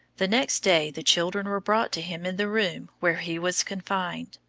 the next day the children were brought to him in the room where he was confined.